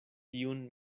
tiun